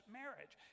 marriage